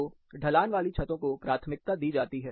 तो ढलान वाली छतो को प्राथमिकता दी जाती है